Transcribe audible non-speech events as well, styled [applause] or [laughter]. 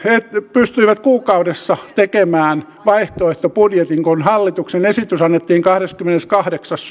pystyivät kuukaudessa tekemään vaihtoehtobudjetin kun hallituksen esitys annettiin kahdeskymmeneskahdeksas [unintelligible]